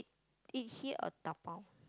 eat here or dabao